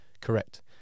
correct